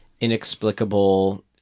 Inexplicable